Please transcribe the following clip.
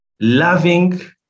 loving